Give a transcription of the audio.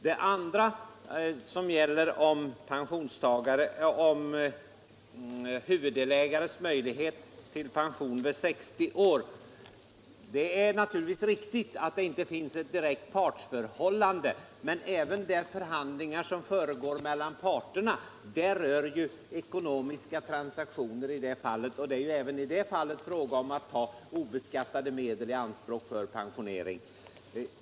Den andra frågan gällde arbetstagares-huvuddelägares möjlighet till pension vid 60 år. Det är naturligtvis riktigt att det inte finns ett direkt partsförhållande i det sammanhanget, men även där förhandlingar försiggår mellan parterna rör det sig ju om ekonomiska transaktioner. Även i det fallet är det fråga om att ta obeskattade medel i anspråk för pensionering.